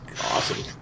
awesome